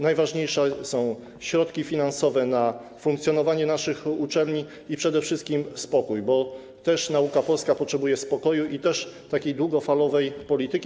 Najważniejsze są środki finansowe na funkcjonowanie naszych uczelni i przede wszystkim spokój, bo nauka polska potrzebuje spokoju i takiej długofalowej polityki.